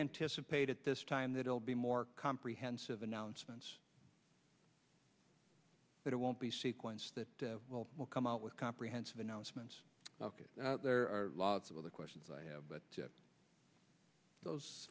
anticipate at this time that it will be more comprehensive announcements that it won't be sequenced that will come out with comprehensive announcements there are lots of other questions i have but those